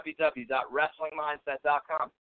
www.wrestlingmindset.com